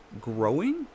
growing